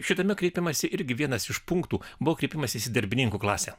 šitame kreipimęsi irgi vienas iš punktų buvo kreipimasis į darbininkų klasę